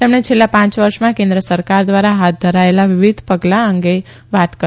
તેમણે છેલ્લા પાંચ વર્ષમાં કેન્દ્ર સરકાર દ્વારા હાથ ધરાયેલા વિવિધ પગલાં અંગે વાત કરી